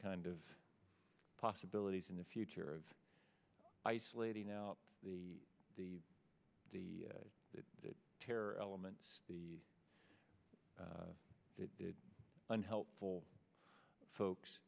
kind of possibilities in the future of isolating out the the the terror elements the unhelpful folks